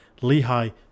Lehi